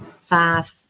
five –